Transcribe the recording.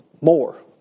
More